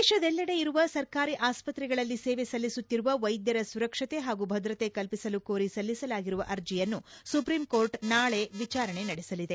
ದೇಶದೆಲ್ಲೆಡೆ ಇರುವ ಸರ್ಕಾರಿ ಅಸ್ವತ್ರೆಗಳಲ್ಲಿ ಸೇವೆ ಸಲ್ಲಿಸುತ್ತಿರುವ ವೈದ್ಯರ ಸುರಕ್ಷತೆ ಹಾಗೂ ಭದ್ರತೆ ಕಲ್ಪಿಸಲು ಕೋರಿ ಸಲ್ಲಿಸಲಾಗಿರುವ ಅರ್ಜಿಯನ್ನು ಸುಪ್ರೀಂ ಕೋರ್ಟ್ ನಾಳೆ ವಿಚಾರಣೆ ನಡೆಸಲಿದೆ